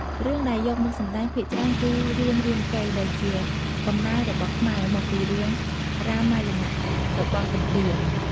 រឿងដែលយកមកសម្តែងភាគច្រើនគឺ រឿងរាមកេរ្តិ៍ ដែលជាកំណែរបស់ខ្មែរ មកពីរឿង រាមាយណៈ របស់ឥណ្ឌា។